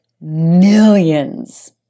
millions